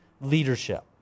leadership